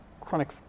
chronic